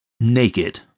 naked